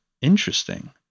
interesting